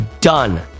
done